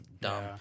dumb